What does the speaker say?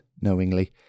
knowingly